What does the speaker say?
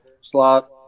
slot